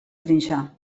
trinxar